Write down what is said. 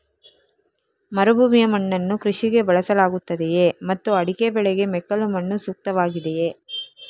ಮರುಭೂಮಿಯ ಮಣ್ಣನ್ನು ಕೃಷಿಗೆ ಬಳಸಲಾಗುತ್ತದೆಯೇ ಮತ್ತು ಅಡಿಕೆ ಬೆಳೆಗೆ ಮೆಕ್ಕಲು ಮಣ್ಣು ಸೂಕ್ತವಾಗಿದೆಯೇ?